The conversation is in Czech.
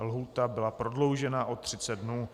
Lhůta byla prodloužena o 30 dnů.